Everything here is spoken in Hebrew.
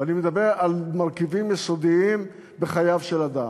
ואני מדבר על מרכיבים יסודיים בחייו של אדם.